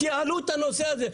תייעלו את הנושא הזה.